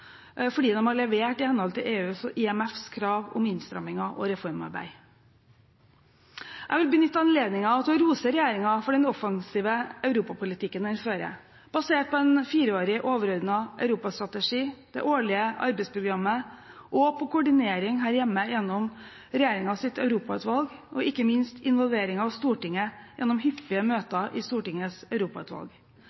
fordi de har levert i henhold til EUs og IMFs krav om innstramminger og reformarbeid. Jeg vil benytte anledningen til å rose regjeringen for den offensive europapolitikken den fører, basert på en fireårig overordnet europastrategi, det årlige arbeidsprogrammet og koordinering her hjemme gjennom regjeringens europautvalg og ikke minst involvering av Stortinget gjennom hyppige